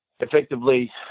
Effectively